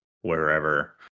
wherever